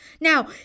Now